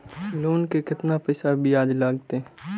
Loan के केतना पैसा ब्याज लागते?